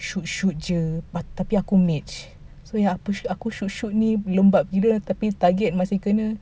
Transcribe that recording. shoot shoot jer tapi aku mage so ya aku shoot shoot gini lembat gila tapi target masih kena